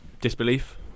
disbelief